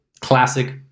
classic